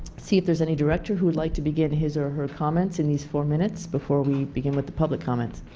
see if there is any director who would like to begin his or her comments in these four minutes before we began with the public comments?